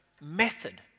method